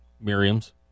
Miriam's